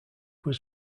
was